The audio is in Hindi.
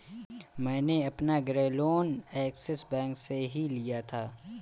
मैंने अपना गृह लोन ऐक्सिस बैंक से ही लिया था